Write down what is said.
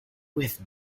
with